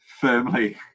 firmly